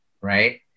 right